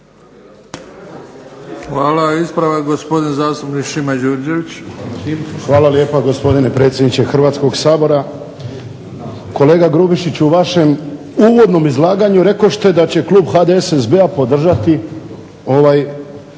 Hvala. Ispravak, gospodin zastupnik Šima Đurđević. **Đurđević, Šimo (HDZ)** Hvala lijepa, gospodine predsjedniče Hrvatskoga sabora. Kolega Grubišić, u vašem uvodnom izlaganju rekoste da će klub HDSSB-a podržati ovaj